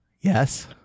yes